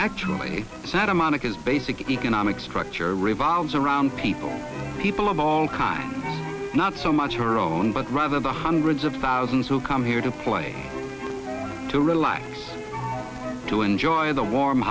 actually santa monica is basic economic structure revolves around people people of all kinds not so much our own but rather the hundreds of thousands who come here to play to relax to enjoy the warm